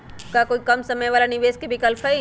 का कोई कम समय वाला निवेस के विकल्प हई?